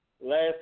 Last